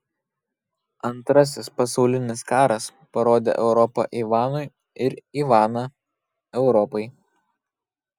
antrasis pasaulinis karas parodė europą ivanui ir ivaną europai